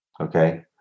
Okay